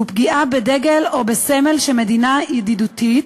שלפיו פגיעה בדגל או בסמל של מדינה ידידותית,